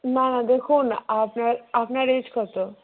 না দেখুন আপনার আপনার এজ কত